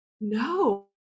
No